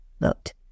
vote